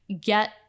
get